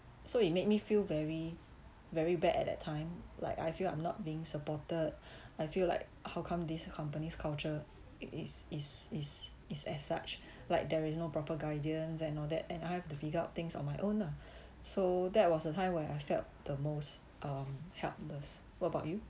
so it make me feel very very bad at that time like I feel I'm not being supported I feel like how come this company's culture it is is is is as such like there is no proper guidance and all that and I have to figure out things on my own lah so that was a time where I felt the most um helpless what about you